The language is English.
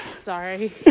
Sorry